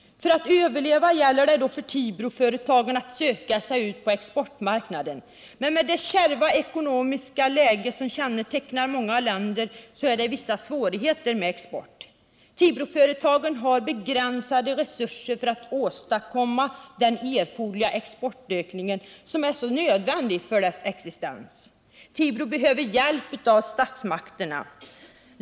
För att överleva gäller det då för Tibroföretagen att söka sig ut på exportmarknaden. Men med det kärva ekonomiska läge som kännetecknar många länder är det vissa svårigheter med exporten. Tibroföretagen har begränsade resurser för att åstadkomma den erforderliga exportökning som är så nödvändig för deras existens. Tibro behöver hjälp av statsmakterna.